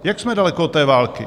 Jak jsme daleko od té války?